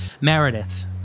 Meredith